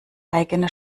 eigene